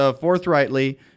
forthrightly